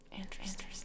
Interesting